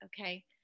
Okay